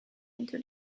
into